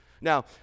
Now